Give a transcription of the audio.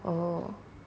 oh